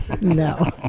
no